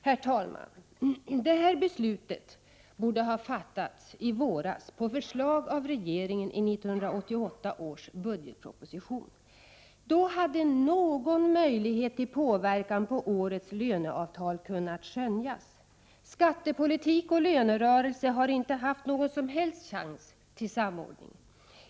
Herr talman! Det här beslutet borde ha fattats i våras på förslag av regeringen i 1988 års budgetproposition. Då hade någon möjlighet till påverkan på årets löneavtal kunnat skönjas. Skattepolitik och lönerörelse har inte haft någon som helst chans till samordning.